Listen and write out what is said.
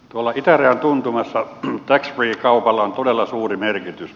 tuolla itärajan tuntumassa tax free kaupalla on todella suuri merkitys